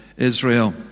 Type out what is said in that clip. Israel